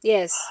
Yes